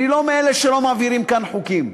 אני לא מאלה שלא מעבירים כאן חוקים,